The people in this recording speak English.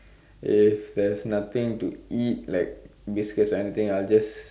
if there's nothing to eat like biscuits or anything I'll just